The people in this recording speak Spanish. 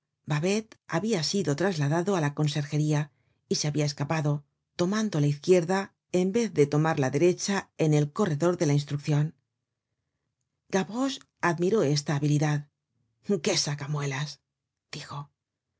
babet habia sido trasladado á la conserjería y se habia escapado tomando la izquierda en vez de tomar la derecha en el corredor de la instruccion gavroche admiró esta habilidad qué sacamuelas dijo